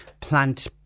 plant